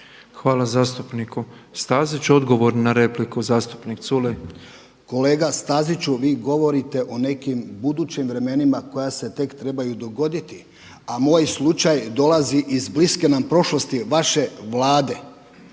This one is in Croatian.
Hvala zastupniku Staziću. Odgovor na repliku zastupnik Culej. **Culej, Stevo (HDZ)** Kolega Staziću vi govorite o nekim budućim vremenima koja se tek trebaju dogoditi a moj slučaj dolazi iz bliske nam prošlosti vaše Vlade,